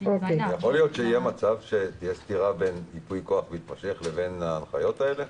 יכול להיות שתהיה סתירה בין ייפוי הכוח המתמשך לבין ההנחיות האלה?